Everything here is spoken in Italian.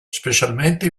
specialmente